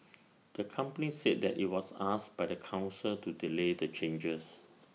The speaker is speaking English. the company said that IT was asked by the Council to delay the changes